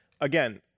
Again